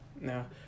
No